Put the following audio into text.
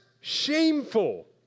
shameful